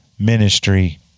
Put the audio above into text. Ministry